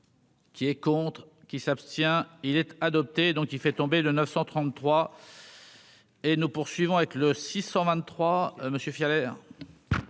Qui est contre. Qui s'abstient-il être adopté, donc il fait tomber le 933. Et nous poursuivons avec le 623 monsieur Fiole